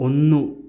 ഒന്ന്